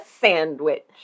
sandwich